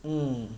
mm